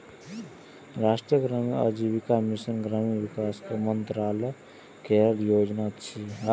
राष्ट्रीय ग्रामीण आजीविका मिशन ग्रामीण विकास मंत्रालय केर योजना छियै